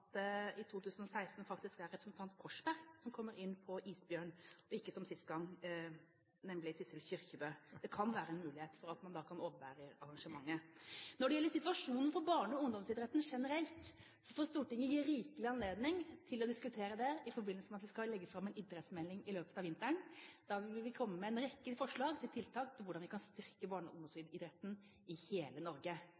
det i 2016 faktisk er representanten Korsberg som kommer inn på en isbjørn, ikke som sist gang – Sissel Kyrkjebø. Det kan være en mulighet for at man da kan overvære arrangementet. Når det gjelder situasjonen for barne- og ungdomsidretten generelt, får Stortinget rikelig anledning til å diskutere det i forbindelse med at vi skal legge fram en idrettsmelding i løpet av vinteren. Da vil vi komme med en rekke forslag til tiltak for hvordan vi kan styrke barne- og